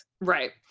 Right